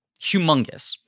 humongous